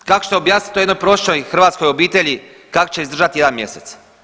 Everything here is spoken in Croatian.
Kako ćete objasniti to jednoj prosječnoj hrvatskoj obitelji kako će izdržat jedan mjesec?